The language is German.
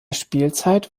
spielzeit